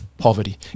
poverty